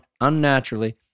unnaturally